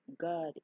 god